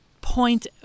point